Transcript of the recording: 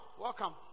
Welcome